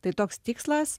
tai toks tikslas